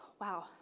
wow